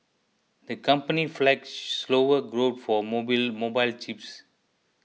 the company flagged slower growth for mobile chips